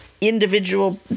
individual